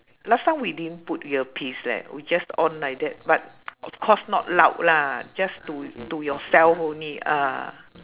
last time we didn't put earpiece leh we just on like that but of course not loud lah just to to yourself only ah